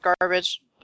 garbage